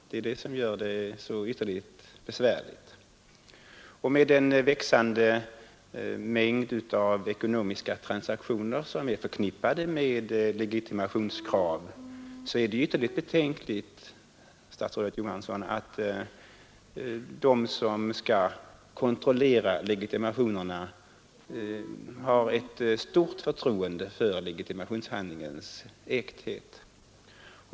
Det är detta förhållande som gör frågan så ytterligt besvärlig. Med den växande mängd av ekonomiska transaktioner som förbinds med legitimationskrav är det ytterligt betänkligt, statsrådet Johansson, att sådant förekommer, då de som skall kontrollera legitimationerna har ett stort förtroende för dessa identitetshandlingars äkthet.